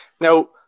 now